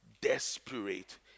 desperate